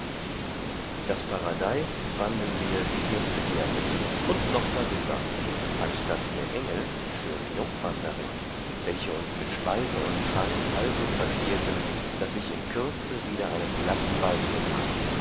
paradeis fanden wir wie wirs begehrten und noch darüber anstatt der engel schöne jungfern darin welche uns mit speise und trank also traktierten daß ich in kürze wieder einen glatten balg bekam